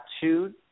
two